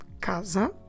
CASA